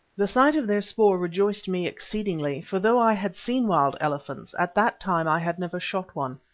the sight of their spoor rejoiced me exceedingly, for though i had seen wild elephants, at that time i had never shot one.